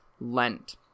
Lent